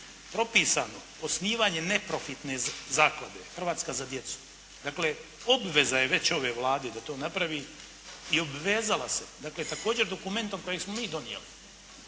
propisano osnivanje neprofitne zaklade „Hrvatska za djecu“. Dakle obveza je već ove Vlade da to napravi i obvezala se također dokumentom koji smo mi donijeti